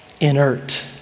inert